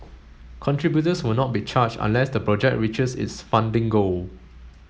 contributors will not be charged unless the project reaches its funding goal